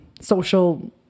social